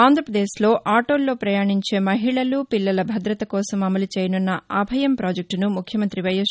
ఆంధ్రాపదేశ్లో ఆటోల్లో పయాణించే మహిళలు పిల్లల భదత కోసం అమలు చేయనున్న ను అభయం పాజెక్టును ముఖ్యమంతి వైఎస్